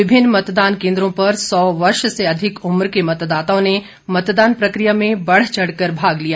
विभिन्न मतदान केन्द्रों पर सौ वर्ष से अधिक उम्र के मतदाताओं ने मतदान प्रक्रिया में बढ़ चढ़ कर भाग लिया